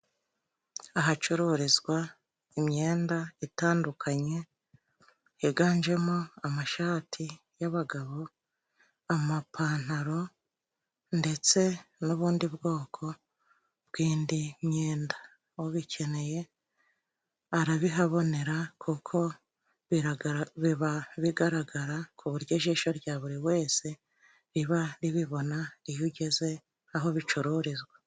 Ahacururizwa imyenda itandukanye yiganjemo amashati y'abagabo, amapantaro ndetse n'ubundi bwoko bw'indi myenda. Ubikeneye arabihabonera kuko biba bigaragara ku buryo, ijisho rya buri wese riba ribibona iyo ugeze aho bicururizwa.